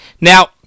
Now